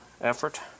effort